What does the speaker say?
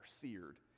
seared